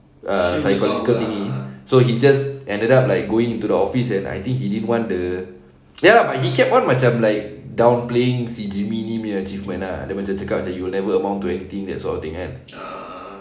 a psychological thingy so he just ended up like going into the office and I think he didn't want the ya lah but he kept on macam like downplaying si jimmy nya achievement ah dia macam cakap you'll never amount to anything that sort of thing kan